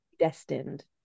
destined